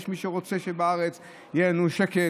יש מי שרוצה שבארץ יהיה לנו שקט,